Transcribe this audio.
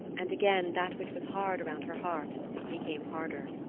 and again that which was hard around her heart became harder.